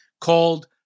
called